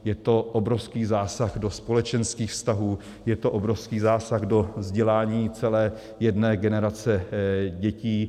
Je to obrovský zásah do společenských vztahů, je to obrovský zásah do vzdělání celé jedné generace dětí.